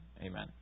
Amen